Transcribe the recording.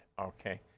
okay